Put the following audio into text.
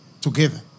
together